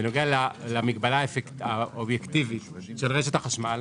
בנוגע למגבלה האובייקטיבית של רשת החשמל,